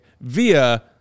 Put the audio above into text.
via